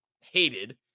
hated